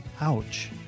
Ouch